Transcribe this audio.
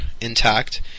intact